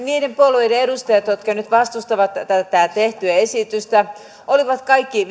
niiden puolueiden edustajat jotka nyt vastustavat tätä tehtyä esitystä olivat kaikki